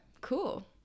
Cool